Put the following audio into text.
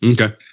Okay